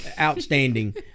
outstanding